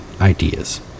ideas